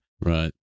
Right